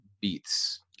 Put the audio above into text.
beats